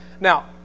Now